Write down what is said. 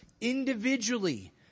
Individually